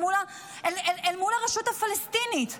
אל מול הרשות הפלסטינית.